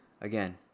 again